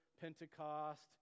Pentecost